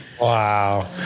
Wow